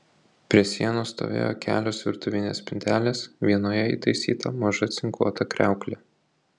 prie sienos stovėjo kelios virtuvinės spintelės vienoje įtaisyta maža cinkuota kriauklė